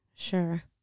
Sure